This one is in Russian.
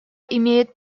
имеет